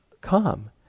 come